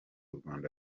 rwanda